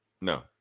No